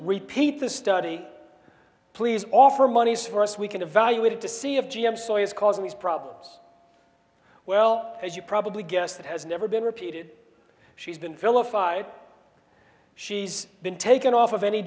repeat the study please offer money for us we can evaluate it to see if g m soy is causing these problems well as you probably guessed that has never been repeated she's been vilified she's been taken off of any